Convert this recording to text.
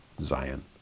Zion